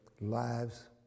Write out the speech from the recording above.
lives